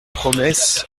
promesse